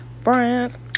friends